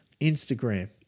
Instagram